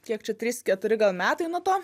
kiek čia trys keturi gal metai nuo to